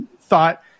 thought